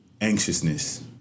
anxiousness